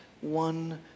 one